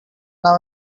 now